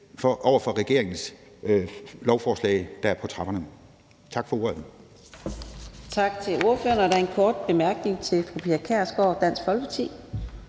over for regeringens lovforslag, der er på trapperne. Tak for ordet.